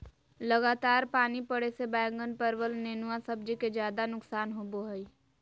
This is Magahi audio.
लगातार पानी पड़े से बैगन, परवल, नेनुआ सब्जी के ज्यादा नुकसान होबो हइ